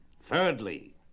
Thirdly